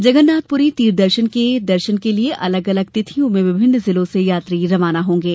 जगन्नाथपुरी तीर्थ स्थल के दर्शन के लिए अलग अलग तिथियों में विभिन्न जिलों से यात्री रवाना होंगे